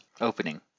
opening